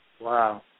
Wow